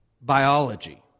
biology